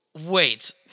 Wait